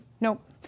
Nope